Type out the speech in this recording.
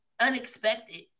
unexpected